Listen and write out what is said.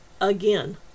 Again